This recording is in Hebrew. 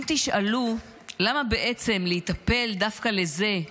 אם תשאלו למה בעצם להיטפל דווקא לזה,